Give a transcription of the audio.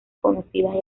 conocidas